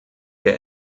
der